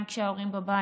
גם כשההורים בבית,